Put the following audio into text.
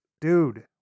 Dude